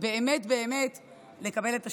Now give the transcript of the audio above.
באמת לקבל את השונה.